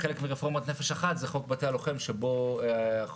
חלק מרפורמות "נפש אחת" זה חוק בתי הלוחם שבו המדינה